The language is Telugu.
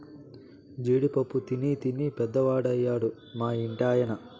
జీడి పప్పు తినీ తినీ పెద్దవాడయ్యాడు మా ఇంటి ఆయన